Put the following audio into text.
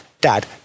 dad